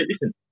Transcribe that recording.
listen